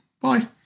Bye